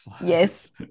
yes